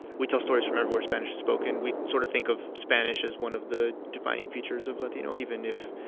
we tell stories from everywhere spanish is spoken. we sort of think of spanish as one of the defining features of latino, even if,